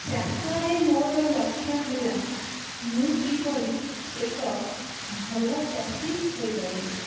ଚାଷରେ ମୋର ଲକ୍ଷ୍ୟ ହେଲା ମୁଁ କିପରି ଏକ ଭଲ ଚାଷୀ ହୋଇପାରିବି